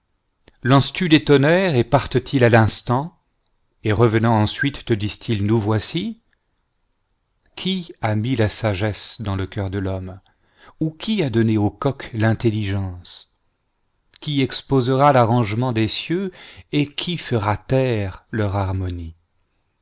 lances-tu des tonnerres et partent-ils à l'instant et revenant ensuite te disent-ils nous voici qui a mis la sagesse dans le cœur de l'homme ou qui a donné au coq l'intelligence qui exposera l'arrangement des ci eux et qui fera taire leur harmonie